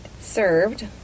served